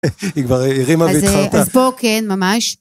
היא כבר הרימה והתחרטתה. - אז בוא, כן, ממש.